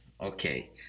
okay